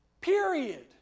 Period